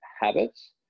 habits